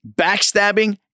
backstabbing